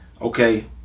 okay